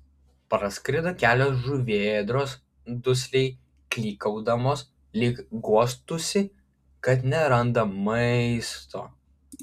praskrido kelios žuvėdros dusliai klykaudamos lyg guostųsi kad neranda maisto